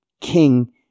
king